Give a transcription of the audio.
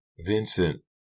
Vincent